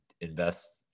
invest